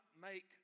make